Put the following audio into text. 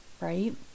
right